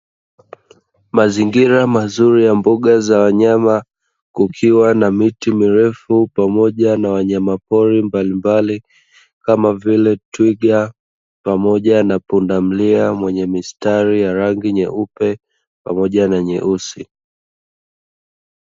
Mazingira mazuri ya mboga za wanyama kukiwa na miti mirefu pamoja na wanyama pori mbalimbali, kama vile twiga pamoja na pundamlia mwenye mistari ya rangi nyeupe pamoja na nyeusi.